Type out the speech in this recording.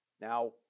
Now